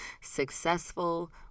successful